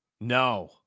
No